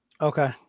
Okay